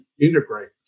integrate